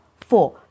four